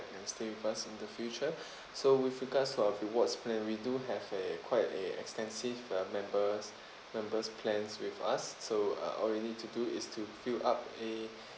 and stay with us in the future so with regards to our rewards plan we do have a quite a extensive uh members members plans with us so uh all you need to do is to fill up a